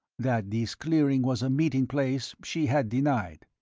that this clearing was a meeting-place she had denied.